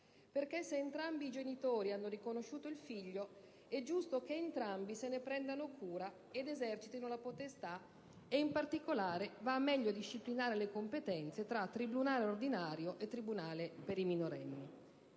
perché, se entrambi i genitori hanno riconosciuto il figlio, è giusto che entrambi se ne prendano cura ed esercitino la potestà. Inoltre, si specificano meglio le competenze tra tribunale ordinario e tribunale per i minorenni.